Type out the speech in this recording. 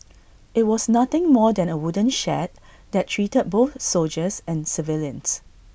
IT was nothing more than A wooden shed that treated both soldiers and civilians